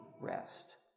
rest